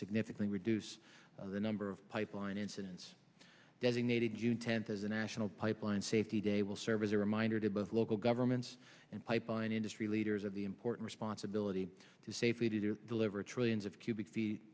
significantly reduce the number of pipeline incidents designated you tenth as a national pipeline safety day will serve as a reminder to both local governments and pipeline industry leaders of the important responsibility to safely to deliver trillions of cub